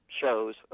shows